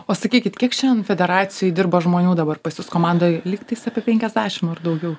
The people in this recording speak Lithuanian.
o sakykit kiek šiandien federacijoj dirba žmonių dabar pas jus komandoj lygtais apie penkiasdešim ar daugiau